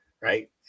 Right